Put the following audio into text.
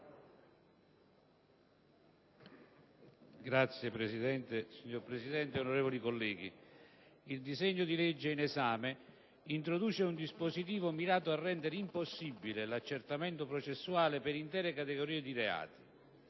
*(IdV)*. Signor Presidente, onorevoli colleghi, il disegno di legge in esame introduce un dispositivo mirato a rendere impossibile l'accertamento processuale per intere categorie di reati.